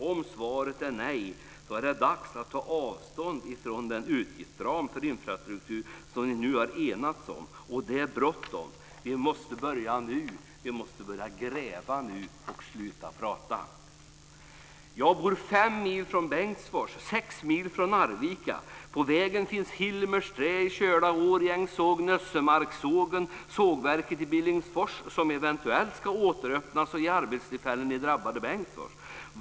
Om svaret är nej är det dags att ta avstånd från den utgiftsram för infrastruktur som ni har enats om. Det är bråttom. Vi måste börja nu. Vi måste börja gräva nu och sluta prata. Jag bor fem mil från Bengtsfors och sex mil från Arvika. På vägen finns Hilmers trä i Köla, Årjängs såg, Nössemarkssågen och sågverket i Billingsfors som eventuellt ska återöppnas och ge arbetstillfällen i drabbade Bengtsfors.